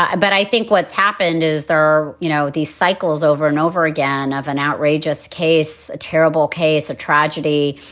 ah but i think what's happened is there are, you know, these cycles over and over again of an outrageous case, a terrible case of tragedy,